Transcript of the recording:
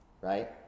right